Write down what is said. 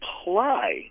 apply